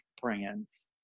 brands